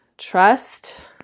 trust